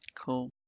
Cool